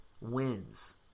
wins